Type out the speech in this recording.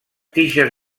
tiges